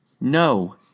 no